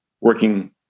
working